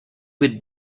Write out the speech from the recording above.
with